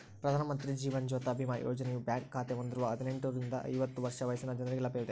ಪ್ರಧಾನ ಮಂತ್ರಿ ಜೀವನ ಜ್ಯೋತಿ ಬಿಮಾ ಯೋಜನೆಯು ಬ್ಯಾಂಕ್ ಖಾತೆ ಹೊಂದಿರುವ ಹದಿನೆಂಟುರಿಂದ ಐವತ್ತು ವರ್ಷ ವಯಸ್ಸಿನ ಜನರಿಗೆ ಲಭ್ಯವಿದೆ